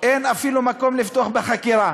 אין אפילו מקום לפתוח בחקירה.